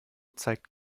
zeigt